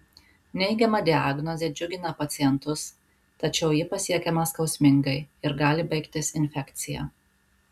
neigiama diagnozė džiugina pacientus tačiau ji pasiekiama skausmingai ir gali baigtis infekcija